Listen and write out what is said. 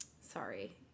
Sorry